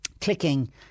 clicking